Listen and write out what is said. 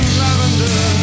lavender